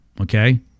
okay